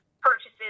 purchases